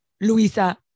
luisa